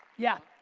yeah.